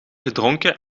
gedronken